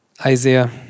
Isaiah